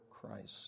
Christ